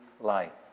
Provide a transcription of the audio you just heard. light